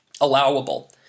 allowable